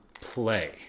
play